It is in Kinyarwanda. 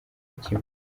kimwe